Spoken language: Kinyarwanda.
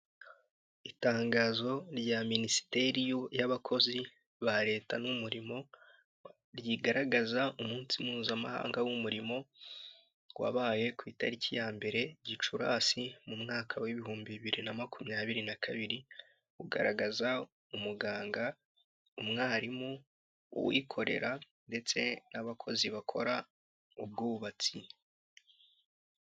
Itangazo rya Minisiteri y'abakozi ba Leta n'umurimo, rigaragaza umunsi mpuzamahanga w'umurimo wabaye ku itariki ya mbere Gicurasi mu mwaka w'ibihumbi bibiri na makumyabiri na kabiri, ugaragaza umuganga, umwarimu, uwikorera, ndetse n'abakozi bakora ubwubatsi.